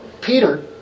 Peter